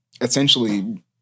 essentially